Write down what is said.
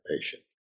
patient